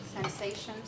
sensations